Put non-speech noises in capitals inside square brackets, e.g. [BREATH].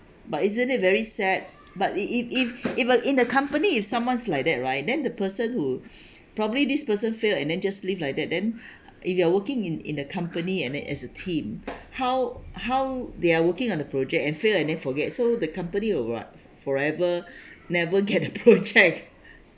but isn't it very sad but if if if uh in the company if someone's like that right then the person who [BREATH] probably this person failed and then just leave like that then [BREATH] if you are working in in the company and act as a team how how they are working on a project and fail and then forget so the company or what forever [BREATH] never get a project [LAUGHS]